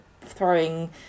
throwing